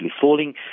falling